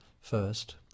first